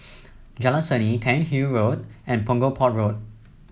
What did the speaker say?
Jalan Seni Cairnhill Road and Punggol Port Road